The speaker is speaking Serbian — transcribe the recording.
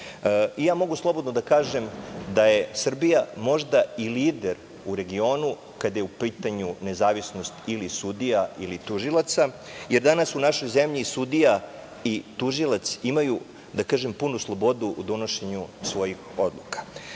pravosuđa. Mogu slobodno da kažem da je Srbija možda i lider u regionu kada je u pitanju nezavisnost ili sudija ili tužioca, jer danas u našoj zemlji sudija i tužilac imaju punu slobodu u donošenju svojih odluka. Kada